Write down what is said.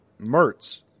Mertz